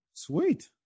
Sweet